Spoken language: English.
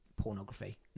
pornography